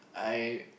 I